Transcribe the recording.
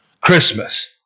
Christmas